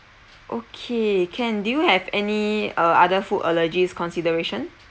okay can do you have any uh other food allergies consideration